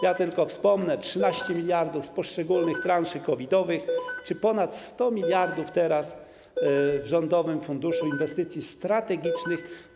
Ja tylko wspomnę 13 mld zł z poszczególnych transzy COVID-owych czy ponad 100 mld zł teraz w rządowym funduszu inwestycji strategicznych.